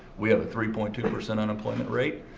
we have a three point two percent unemployment rate.